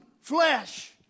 flesh